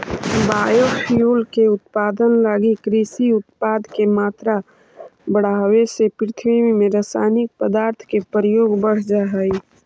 biofuel के उत्पादन लगी कृषि उत्पाद के मात्रा बढ़ावे से पृथ्वी में रसायनिक पदार्थ के प्रयोग बढ़ जा हई